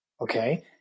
okay